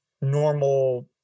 normal